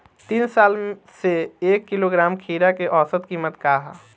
तीन साल से एक किलोग्राम खीरा के औसत किमत का ह?